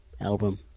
album